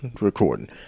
recording